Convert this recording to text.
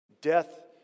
death